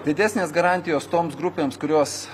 didesnės garantijos toms grupėms kurios